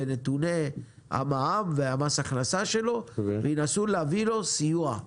בנתוני המע"מ ומס הכנסה שלו וינסו להביא לו סיוע.